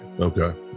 Okay